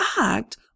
act